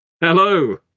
hello